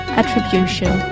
attribution